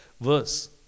verse